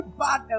bad